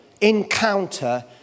encounter